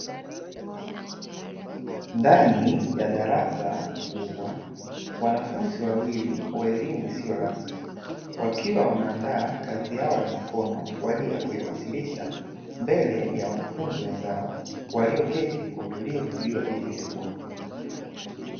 Ndani ya darasa kubwa wanafunzi wawili wa elimu isiyo rasmi, wakiwa wanaandaa kazi yao ya mikono kwa ajili ya kuiwasilisha mbele ya wanafunzi wenzao walioketi kwa utulivu juu ya viti vyekundu.